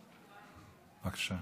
בבקשה.